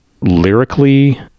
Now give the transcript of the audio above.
lyrically